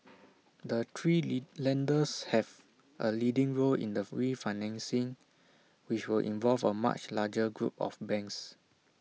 the three lead lenders have A leading role in the refinancing which will involve A much larger group of banks